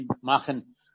machen